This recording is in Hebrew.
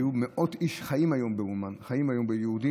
והיו מאות איש שחיו באומן, חיו יהודים,